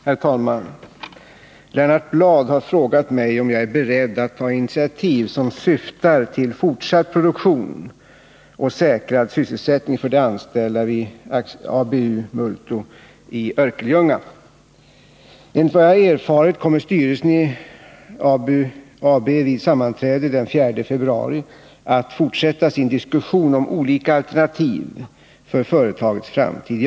Herr talman! Lennart Bladh har frågat mig om jag är beredd att ta initiativ som syftar till fortsatt produktion och säkrad sysselsättning för de anställda vid ABU Multo i Örkelljunga. Enligt vad jag erfarit kommer styrelsen i ABU AB vid sammanträde den 4 februari att fortsätta sin diskussion om olika alternativ för företagets framtid.